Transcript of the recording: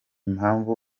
impamvu